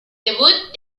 debut